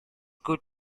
could